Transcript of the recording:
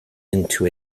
into